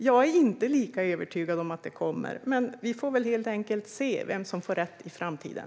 Jag är inte lika övertygad om att det kommer, men vi får väl helt enkelt se vem som får rätt i framtiden.